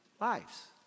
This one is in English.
lives